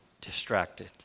distracted